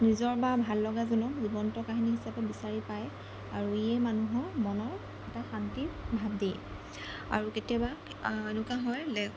নিজৰ বা ভাললগাজনো জীৱন্ত কাহিনী হিচাপে বিচাৰি পায় আৰু ইয়ে মানুহৰ মনৰ এটা শান্তি ভাৱ দিয়ে আৰু কেতিয়াবা এনেকুৱা হয় লে